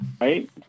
Right